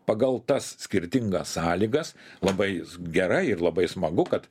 pagal tas skirtingas sąlygas labai gerai ir labai smagu kad